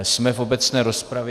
Jsme v obecné rozpravě.